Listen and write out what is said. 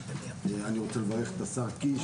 אני רוצה לברך את השר קיש,